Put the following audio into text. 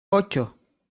ocho